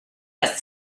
was